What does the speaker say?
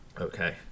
Okay